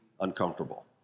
uncomfortable